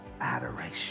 adoration